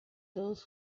those